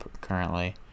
currently